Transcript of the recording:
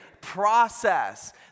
process